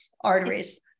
arteries